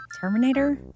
Terminator